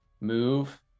move